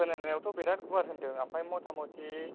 खोनानायावथ' बिराथ गुवार होनदों आमफाय मथा मथि